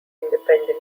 independent